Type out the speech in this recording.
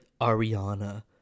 Ariana